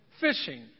fishing